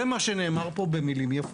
זה מה שנאמר פה במילים יפות.